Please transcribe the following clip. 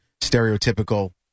stereotypical